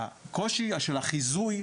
הקושי של החיזוי,